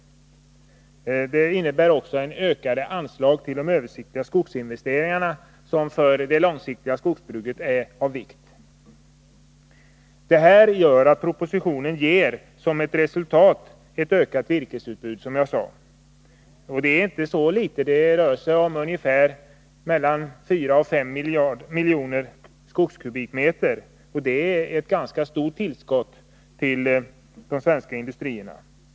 Vidare innebär förslaget ökade anslag till de översiktliga skogsinvesteringarna, som är av vikt för det långsiktiga skogsbruket. Propositionen ger som ett resultat ett ökat virkesutbud, som jag sade. Det är inte så litet det rör sig om — mellan 400 och 500 miljoner skogskubikmeter, ett ganska stort tillskott till de svenska industrierna.